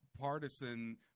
partisan